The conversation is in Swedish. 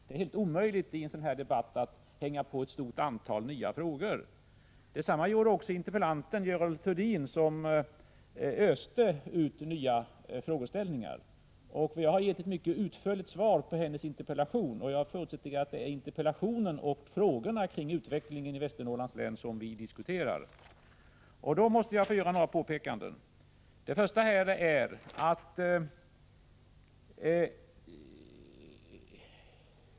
Det är helt omöjligt i en sådan här debatt att hänga på ett stort antal nya frågor. Detsamma gjorde också interpellanten Görel Thurdin, som öste ut nya frågeställningar. Jag har gett ett mycket utförligt svar på hennes interpellation, och jag förutsätter att det är interpellationen och frågorna kring utvecklingen i Västernorrlands län som vi diskuterar. Då måste jag få göra några påpekanden.